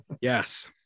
Yes